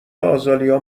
آزالیا